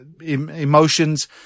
emotions